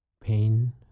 pain